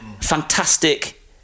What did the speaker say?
fantastic